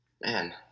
Man